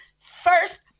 first